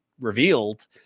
revealed